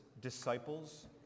disciples